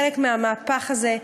חלק מהמהפך הזה.